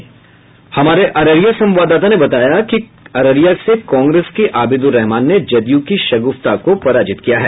हमारे अररिया संवाददाता ने बताया कि अररिया से कांग्रेस के अबिद्र रहमान ने जदयू की शगुफ्ता को पराजित किया है